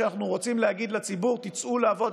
כשאנחנו רוצים להגיד לציבור: תצאו לעבוד,